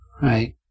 right